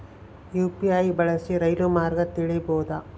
UPI ಬಳಸಿ ರೈಲು ಮಾರ್ಗ ತಿಳೇಬೋದ?